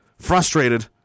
Frustrated